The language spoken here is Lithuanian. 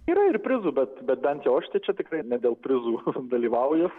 yra ir prizų bet bent jau aš tai čia tikrai ne dėl prizų dalyvauju